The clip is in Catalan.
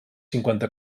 cinquanta